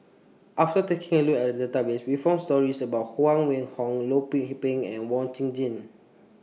after taking A Look At The Database We found stories about Huang Wenhong Loh Lik Peng and Wee Chong Jin